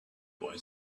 boy